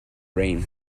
rain